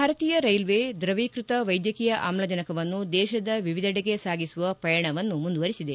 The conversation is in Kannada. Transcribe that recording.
ಭಾರತೀಯ ರೈಲ್ವೆ ದ್ರವೀಕೃತ ವೈದ್ಯಕೀಯ ಆಮ್ಲಜನಕವನ್ನು ದೇಶದ ವಿವಿಧೆಡೆಗೆ ಸಾಗಿಸುವ ಪಯಣ ಮುಂದುವರಿಸಿದೆ